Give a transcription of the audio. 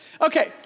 Okay